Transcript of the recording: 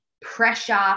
pressure